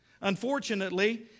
Unfortunately